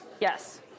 Yes